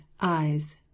eyes